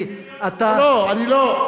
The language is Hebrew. אני, אתה, לא, לא.